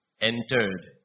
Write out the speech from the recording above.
entered